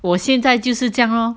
我现在就是这样 lor